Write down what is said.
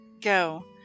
Go